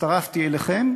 הצטרפתי אליכם,